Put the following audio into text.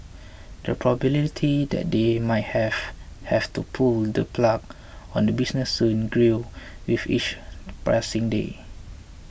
the probability that they might have have to pull the plug on the business soon grew with each passing day